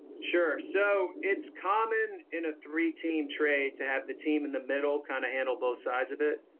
sure. so it's common in a three team trade to have the team in the middle kind of handle both sides of it.